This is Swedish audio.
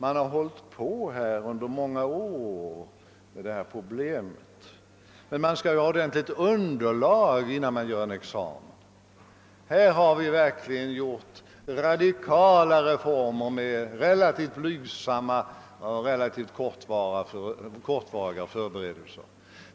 Man har hållit på under många år med det här problemet. Men vi skall ju ha ett ordentligt underlag innan vi inför en ny examen.» Jag svarar: Här har vi under senare år genomfört radikala reformer med relativt blygsamma och kortvariga förberedelser.